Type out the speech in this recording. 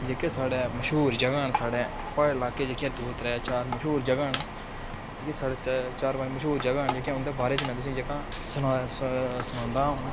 जेह्के साढ़े मश्हूर जगह्ं न साढ़े प्हाड़ी लाह्के च जेह्कियां दो त्रै चार मश्हूर जगहां न जेह्कियां साढ़े च चार पंज मश्हूर जगहां न जेह्कियां न उं'दे बारे च में तु'सें ई जेह्का सनाया सनांदा आं हून